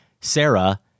sarah